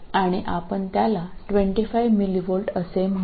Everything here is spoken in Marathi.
आणि आपण त्याला 25 mv असे म्हणू